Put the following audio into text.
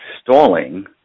stalling